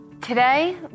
today